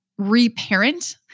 reparent